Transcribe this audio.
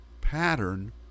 pattern